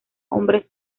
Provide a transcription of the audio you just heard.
hombres